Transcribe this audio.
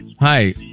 Hi